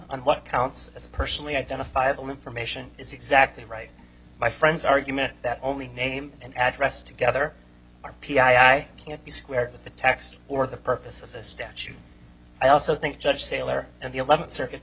on what counts as personally identifiable information is exactly right my friend's argument that only name and address together r p i i can't be squared with the text or the purpose of the statute i also think judge taylor and the eleventh circuit